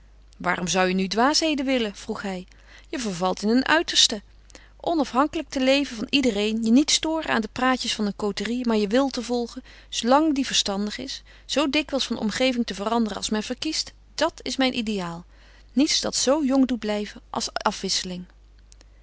waarom zou je nu dwaasheden willen vroeg hij je vervalt in een uiterste onafhankelijk te leven van iedereen je niet storen aan de praatjes van een côterie maar je wil te volgen zoolang die verstandig is zoo dikwijls van omgeving te veranderen als men verkiest dat is mijn ideaal niets dat zoo jong doet blijven als afwisseling